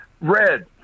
Red